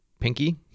pinky